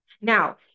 Now